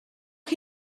chi